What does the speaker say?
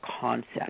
concept